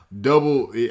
double